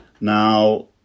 Now